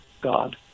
God